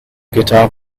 guitar